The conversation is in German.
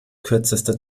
kürzester